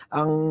ang